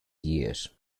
years